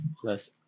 plus